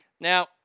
now